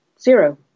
zero